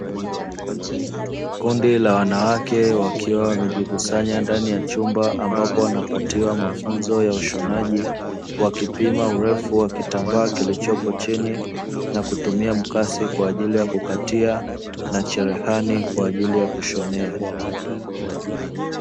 Kundi la wanawake wakiwa wamejikusanya ndani ya chumba ambapo wanapatiwa mafunzo ya ushonaji wakipima urefu wa kitambaa kilichopo chini na kutumia mkasi kwa ajili ya kukatia na cherehani kwa ajili ya kushonea.